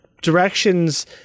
directions